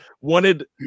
wanted